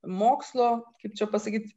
mokslo kaip čia pasakyt